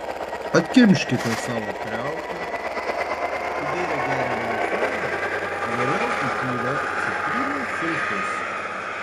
atkimškite savo kriauklę įbėrę geriamąją soda o vėliau įpylę citrinų sultis